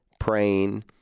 praying